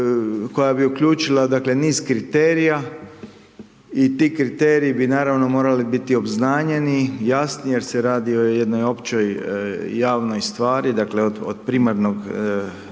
koja bi uključila, dakle, niz kriterija i ti kriteriji bi, naravno, morali biti obznanjeni, jasni jer se radi o jednoj općoj javnoj stvari, dakle, od primarnog nacionalnog